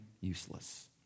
useless